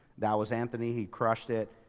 that was anthony. he crushed it,